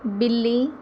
ਬਿੱਲੀ